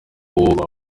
woba